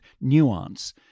Nuance